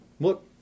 Look